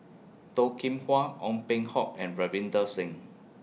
Toh Kim Hwa Ong Peng Hock and Ravinder Singh